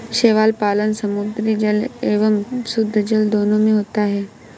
शैवाल पालन समुद्री जल एवं शुद्धजल दोनों में होता है